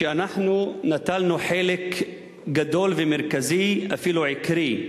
שאנחנו נטלנו חלק גדול ומרכזי, אפילו עיקרי,